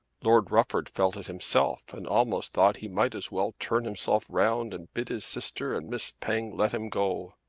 lord rufford felt it himself and almost thought he might as well turn himself round and bid his sister and miss penge let him go.